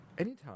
Anytime